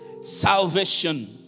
salvation